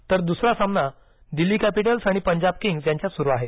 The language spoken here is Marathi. तर दुसरा सामना दिल्ली कॅपिटल्स आणि पंजाब किंग्स यांच्यात सुरू आहे